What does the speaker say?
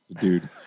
dude